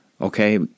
Okay